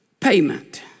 payment